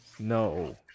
No